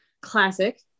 Classic